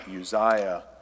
Uzziah